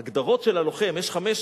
ההגדרות, יש חמש